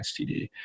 STD